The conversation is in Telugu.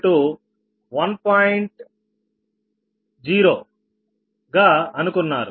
0 గా అనుకున్నారు